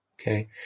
Okay